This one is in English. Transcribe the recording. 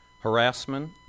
harassment